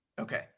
Okay